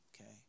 Okay